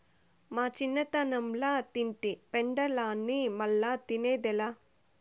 మా చిన్నతనంల తింటి పెండలాన్ని మల్లా తిన్నదేలా